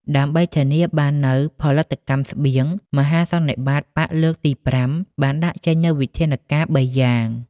ដើម្បីធានាបាននូវផលិតកម្មស្បៀង មហាសន្និបាតបក្សលើកទី៥ បានដាក់ចេញនូវវិធានការបីយ៉ាង។